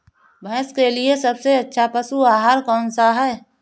भैंस के लिए सबसे अच्छा पशु आहार कौन सा है?